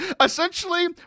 essentially